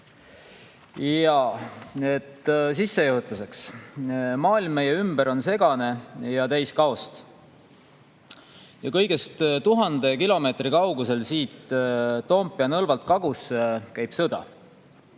Sissejuhatuseks, maailm meie ümber on segane ja täis kaost. Kõigest tuhande kilomeetri kaugusel siit Toompea nõlvalt kagusse käib sõda.